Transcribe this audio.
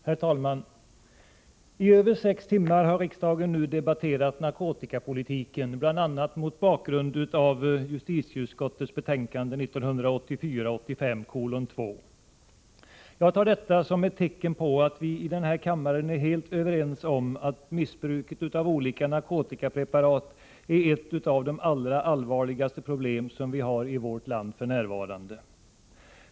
Herr talman! I över sex timmar har riksdagen nu debatterat narkotikapolitiken, bl.a. mot bakgrund av justitieutskottets betänkande 1984/85:12. Jag tar det såsom ett tecken på att vi i denna kammare är helt överens om att missbruket av olika narkotikapreparat är ett av de allra allvarligaste problem som vi har i vårt land f. n.